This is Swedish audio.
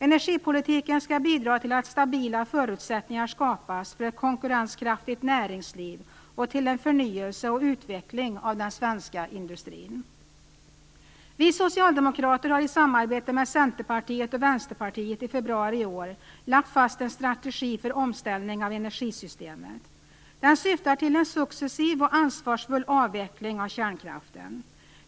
Energipolitiken skall bidra till att stabila förutsättningar skapas för ett konkurrenskraftigt näringsliv och till en förnyelse och utveckling av den svenska industrin. Vi socialdemokrater har i samarbete med Centerpartiet och Vänsterpartiet i februari i år lagt fast en strategi för omställning av energisystemet. Den syftar till en successiv och ansvarsfull avveckling av kärnkraften.